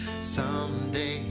someday